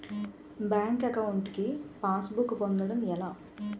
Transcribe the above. Bank account కి passbook పొందడం ఎలా?